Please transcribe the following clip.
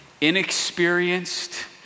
inexperienced